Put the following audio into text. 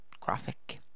graphic